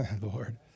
Lord